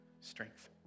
strength